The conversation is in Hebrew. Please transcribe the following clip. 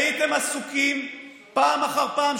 הייתם עסוקים פעם אחר פעם,